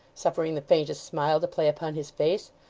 suffering the faintest smile to play upon his face.